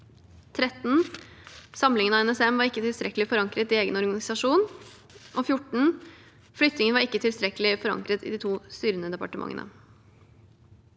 13. Samlingen av NSM var ikke tilstrekkelig forankret i egen organisasjon. 14. Flyttingen var ikke tilstrekkelig forankret i de to styrende departementene.